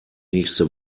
nächste